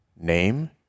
name